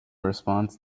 response